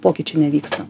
pokyčiai nevyksta